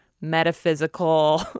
metaphysical